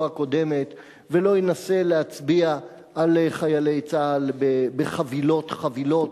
הקודמת ולא ינסה להצביע על חיילי צה"ל בחבילות חבילות.